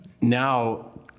now